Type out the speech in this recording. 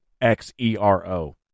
X-E-R-O